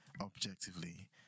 objectively